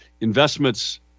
investments